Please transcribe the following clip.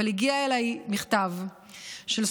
אבל הגיע אליי מכתב של סטודנטית.